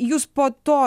jūs po to